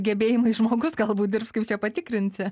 gebėjimais žmogus galbūt dirbs kaip čia patikrinsi